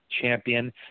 champion